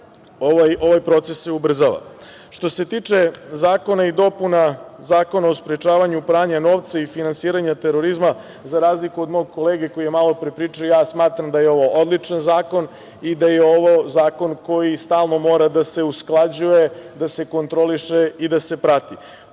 ovaj proces se ubrzava. Što se tiče dopuna Zakona o sprečavanju pranja novca i finansiranja terorizma, za razliku od mog kolege koji je malopre pričao, ja smatram da je ovo odličan zakon i da je ovo zakon koji stalno mora da se usklađuje, da se kontroliše i da se prati.